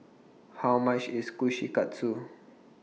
How much IS Kushikatsu